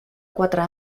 quatre